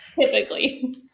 Typically